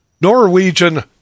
Norwegian